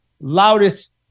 loudest